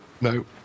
no